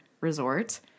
resort